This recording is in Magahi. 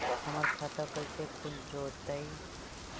हमर खाता कैसे खुल जोताई?